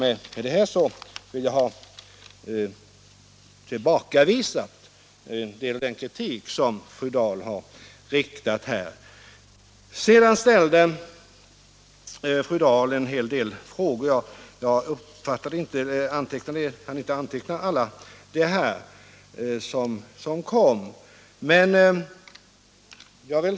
Med detta har jag velat tillbakavisa en del av den kritik som fru Dahl fört fram. Sedan ställde fru Dahl en hel del frågor; jag hann inte anteckna alla som kom.